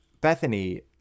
Bethany